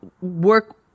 work